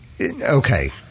Okay